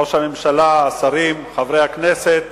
ראש הממשלה, השרים, חברי הכנסת,